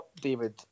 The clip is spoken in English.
David